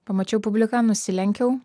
pamačiau publiką nusilenkiau